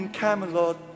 Camelot